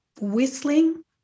whistling